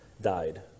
died